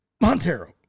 Montero